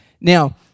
Now